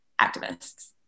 activists